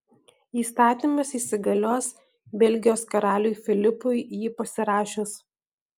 įstatymas įsigalios belgijos karaliui filipui jį pasirašius